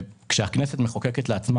כאשר הכנסת מחוקקת לעצמה,